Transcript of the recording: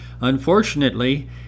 Unfortunately